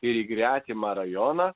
ir į gretimą rajoną